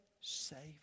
Savior